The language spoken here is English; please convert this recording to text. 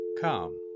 Come